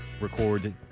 record